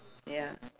ya